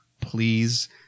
Please